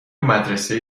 مدرسه